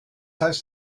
heißt